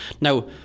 Now